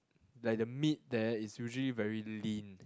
like the meat there is usually very lean